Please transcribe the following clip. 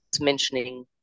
mentioning